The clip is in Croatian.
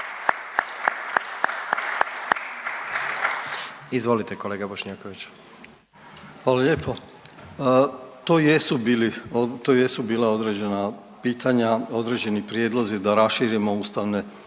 **Bošnjaković, Dražen (HDZ)** Hvala lijepo. To jesu bila određena pitanja, određeni prijedlozi da raširimo ustavne